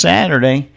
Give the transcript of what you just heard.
Saturday